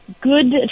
good